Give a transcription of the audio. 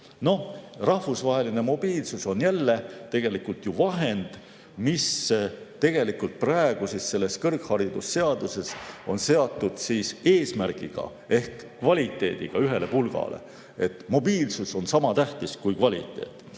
Noh, rahvusvaheline mobiilsus on jälle tegelikult ju vahend, mis praegu selles kõrgharidusseaduses on seatud eesmärgiga ehk kvaliteediga ühele pulgale: mobiilsus on sama tähtis kui kvaliteet.